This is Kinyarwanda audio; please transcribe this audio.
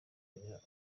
abanya